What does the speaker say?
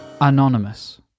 Anonymous